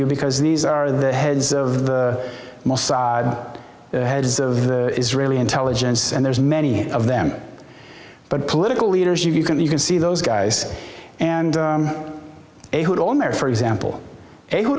you because these are the heads of the mossad heads of the israeli intelligence and there's many of them but political leaders you can you can see those guys and a hold on there for example a go